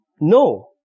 no